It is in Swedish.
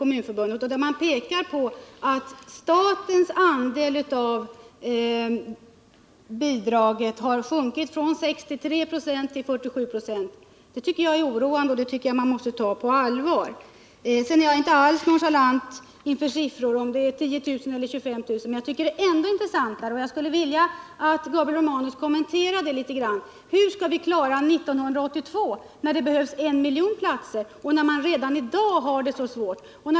Kommunförbundet pekar på att statens andel av bidraget har sjunkit från 63 96 till 47 96. Jag är inte alls nonchalant och ointresserad för om det gäller 10 000 eller 25 000. Men det är ännu intressantare — och det skulle jag vilja att Gabriel Romanus kommenterar litet grand —att få veta hur vi skall kunna klara 1982, då det behövs en miljon platser, när vi redan i dag har det så svårt.